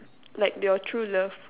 like your true love